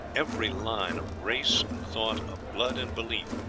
every line of race and thought, of blood and belief,